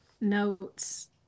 notes